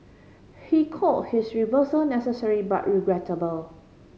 he call his reversal necessary but regrettable